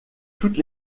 toutes